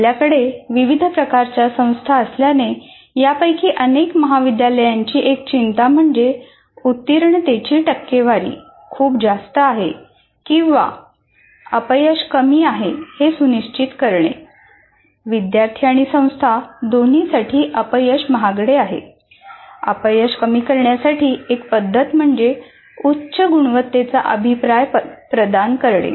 आपल्याकडे विविध प्रकारच्या संस्था असल्याने यापैकी अनेक महाविद्यालयांची एक चिंता म्हणजे उत्तीर्णतेची टक्केवारी खूप जास्त आहे किंवा अपयश कमी आहे हे सुनिश्चित करणे अपयश कमी करण्यासाठी एक पद्धत म्हणजे उच्च गुणवत्तेचा अभिप्राय प्रदान करणे